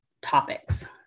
topics